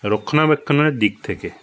রক্ষনাবেক্ষনের দিক থেকে